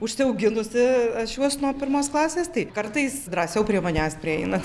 užsiauginusi aš juos nuo pirmos klasės tai kartais drąsiau prie manęs prieina